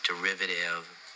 derivative